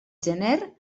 gener